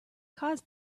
caused